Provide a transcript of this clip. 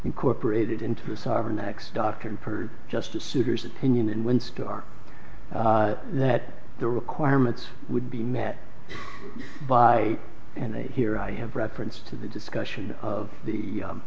incorporated into the sovereign next doctrine per justice souter's opinion and when starr that the requirements would be met by and here i have referenced to the discussion of the